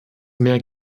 mehr